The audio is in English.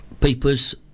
papers